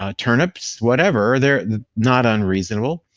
ah turnips, whatever, they're not unreasonable.